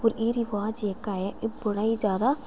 होर एह् रवाज जेह्का ऐ बड़ा गै ज्यादा